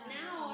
now